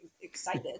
excited